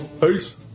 Peace